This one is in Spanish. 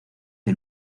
que